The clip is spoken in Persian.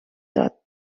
داد